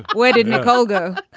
why didn't cogo